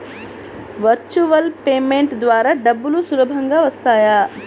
Virtual payment ద్వారా డబ్బులు సులభంగా వస్తాయా?